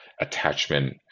attachment